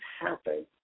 happen